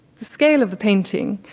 scale of the painting,